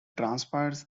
transpires